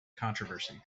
controversy